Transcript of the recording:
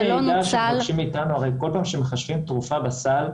הרי בכל פעם שמחשבים תרופה בסל,